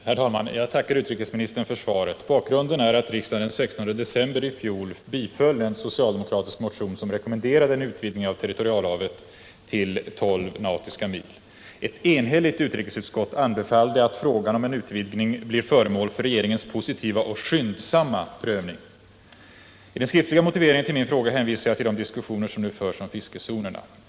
Herr talman! Jag tackar utrikesministern för svaret. Bakgrunden är att riksdagen den 16 december i fjol biföll en socialdemokratisk motion som rekommenderade en utvidgning av territorialhavet till 12 nautiska mil. Ett enhälligt utrikesutskott anbefallde att 95 frågan om en utvidgning skulle bli föremål för regeringens positiva och skyndsamma prövning. I den skriftliga motiveringen till min fråga hänvisade jag till de diskussioner som nu förs om fiskezonerna.